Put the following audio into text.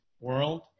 world